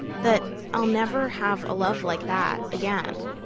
that i'll never have a love like that again.